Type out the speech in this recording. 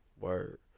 Word